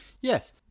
Yes